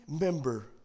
member